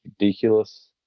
Ridiculous